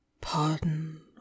Pardon